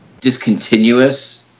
discontinuous